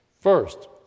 First